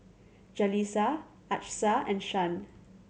Jaleesa Achsah and Shan